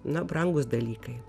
na brangūs dalykai